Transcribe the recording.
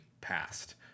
passed